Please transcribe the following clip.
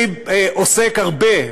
אני עוסק הרבה,